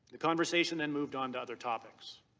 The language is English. conversation then moved on to other topics.